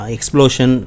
Explosion